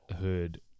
heard